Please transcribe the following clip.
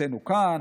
שהמצאנו כאן.